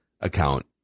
account